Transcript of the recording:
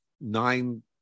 nine